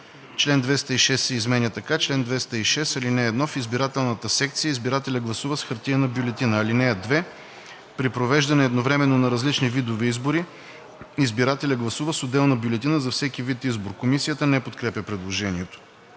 Чл. 206 се изменя така: „Чл. 206. (1) В избирателната секция избирателят гласува с хартиена бюлетина. (2) При произвеждане едновременно на различни видове избори избирателят гласува с отделна бюлетина за всеки вид избор.“ Комисията не подкрепя предложението.